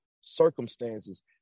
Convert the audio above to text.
circumstances